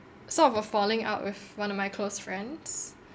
sort of a falling out with one of my close friends